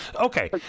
Okay